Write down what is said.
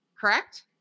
Correct